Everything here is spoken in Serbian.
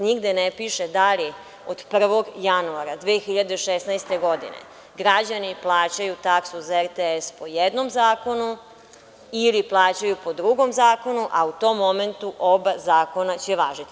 Nigde ne piše da li od 1. januara 2016. godine građani plaćaju taksu za RTS po jednom zakonu, ili plaćaju po drugom zakonu, a u tom momentu oba zakona će važiti.